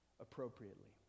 appropriately